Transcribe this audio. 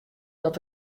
dat